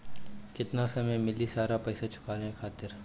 केतना समय मिली सारा पेईसा चुकाने खातिर?